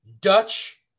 Dutch